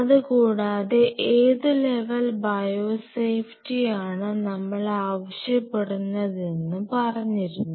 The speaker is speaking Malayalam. അതുകൂടാതെ ഏതു ലെവൽ ബയോ സേഫ്റ്റിയാണ് നമ്മൾ ആവശ്യപ്പെടുന്നതെന്നും പറഞ്ഞിരുന്നു